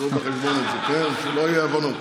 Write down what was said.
קחו בחשבון את זה, שלא יהיו אי-הבנות.